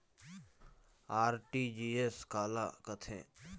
RTGS काला कथें?